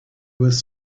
was